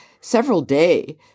several-day